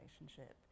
relationship